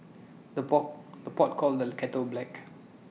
the pot the pot calls the kettle black